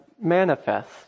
manifest